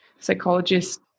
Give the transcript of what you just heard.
psychologist